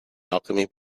alchemy